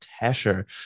tasher